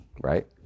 right